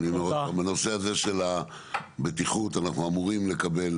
בנושא הזה של הבטיחות אנחנו אמורים לקבל